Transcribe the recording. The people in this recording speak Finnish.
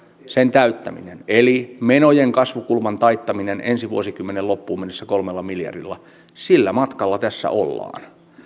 täyttäminen eli menojen kasvukulman taittaminen ensi vuosikymmenen loppuun mennessä kolmella miljardilla sillä matkalla tässä ollaan